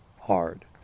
hard